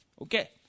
Okay